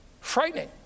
frightening